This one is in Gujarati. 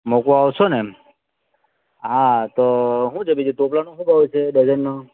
મૂકવા આવશો ને એમ હા તો શું છેકે બીજું ટોપલાનું શું ભાવ છે ડજનનો